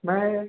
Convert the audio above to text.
मैं